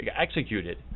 executed